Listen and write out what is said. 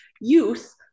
youth